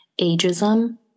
ageism